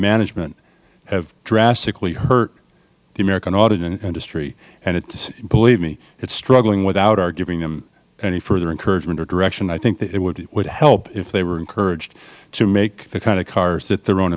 management have drastically hurt the american auto industry and believe me it is struggling without our giving them any further encouragement or direction i think that it would help if they were encouraged to make the kind of cars that their own